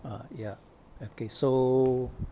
ah ya okay so